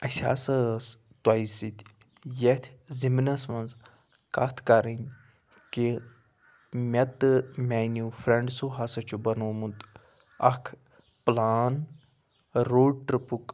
اسہِ ہَسا ٲس تۄہہِ سۭتۍ ییٚتھ زٕمنَس مَنٛز کتھ کَرٕنۍ کہِ مےٚ تہٕ میٛانیٛو فرٛنٛڈسو ہَسا چھُ بنومُت اَکھ پٕلان روڈ ٹٕرٛپُک